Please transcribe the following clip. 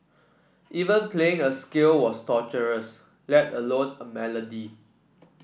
even playing a scale was torturous let alone a melody